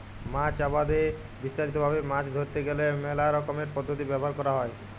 মাছ আবাদে বিস্তারিত ভাবে মাছ ধরতে গ্যালে মেলা রকমের পদ্ধতি ব্যবহার ক্যরা হ্যয়